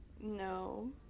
no